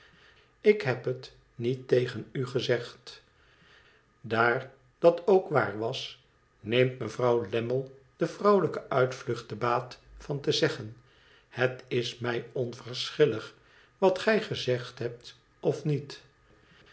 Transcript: ik heb het niet tegen u gezegd daar dat ook waar was neemt mevrouw lammie de vrouwelijke uitvlucht te baat van te zeggen het is mij onverschillig wat gij gezegd hebt of niet